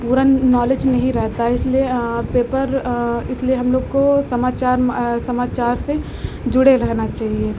पूरा नॉलेज नहीं रहता है इसलिए पेपर इसलिए हमलोग को समाचार समाचार से जुड़े रहना चाहिए